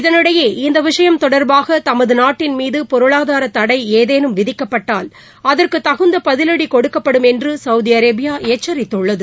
இதனிடையே இந்தவிஷயம் தொடர்பாகதமதுநாட்டின் மீதுபொருளாதாரதடைஏதேனும் விதிக்கப்பட்டால் அதற்குதகுந்தபதிவடிகொடுக்கப்படும் என்றுசவுதிஅரேபியாஎச்சரித்துள்ளது